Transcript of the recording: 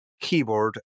keyboard